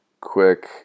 quick